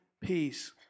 peace